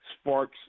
sparks